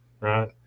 Right